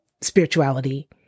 spirituality